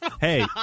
Hey